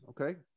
Okay